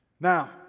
Now